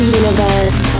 universe